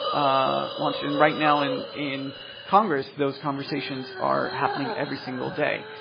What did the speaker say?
ah launched. and right now and in congress those conversations are happening every single day.